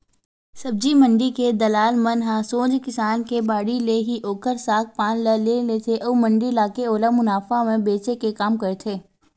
सब्जी मंडी के दलाल मन ह सोझ किसान के बाड़ी ले ही ओखर साग पान ल ले लेथे अउ मंडी लाके ओला मुनाफा म बेंचे के काम करथे